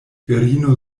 virino